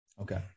Okay